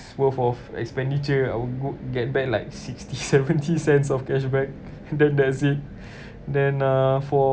worth of expenditure I will g~ get back like sixty seventy cents of cashback then that's it then uh for